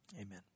Amen